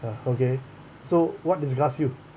ah okay so what disgusts you